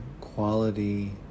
quality